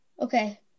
Okay